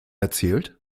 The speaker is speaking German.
erzählt